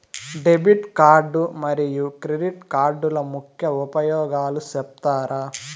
Debit card మరియు credit కార్డుల ముఖ్య ఉపయోగాలు సెప్తారా?